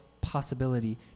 possibility